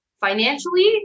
financially